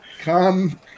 Come